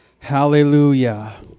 Hallelujah